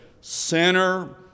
sinner